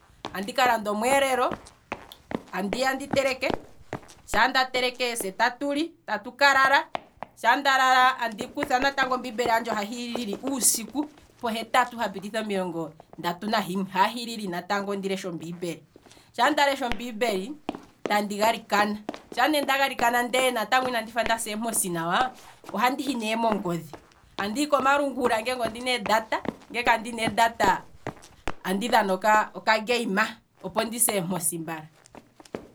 Andika landa omweelelo, andiya ndi teleke, shaa nda teleke tatu li, atuka lala andikutha natango ombiimbeli handje ohahi lili uusiku, pohetatu hapititha omilongo ndatu nahimwe, ha hilili natango ndi leshe ombiimbeli, shaa ndalesha ombiimbeli, andi galikana. sha nda galikana ndele natango inandi fa ndasa eemposi nawa, ohandi hi ne mongodhi, andihi komalungula ngele ondina ee data. negele kandina e data ohandi dhana oka- oka game opo ndise eemposi mbala.